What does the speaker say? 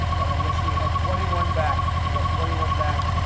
but i guess we have twenty one back. i got twenty one back.